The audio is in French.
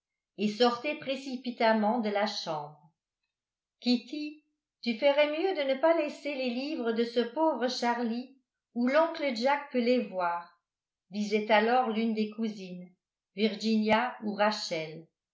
et sortait précipitamment de la chambre kitty tu ferais mieux de ne pas laisser les livres de ce pauvre charlie où l'oncle jack peut les voir disait alors l'une des cousines virginia ou rachel